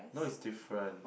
no it's different